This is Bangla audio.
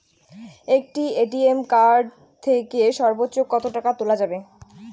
একটি এ.টি.এম কার্ড থেকে সর্বোচ্চ কত টাকা তোলা যাবে?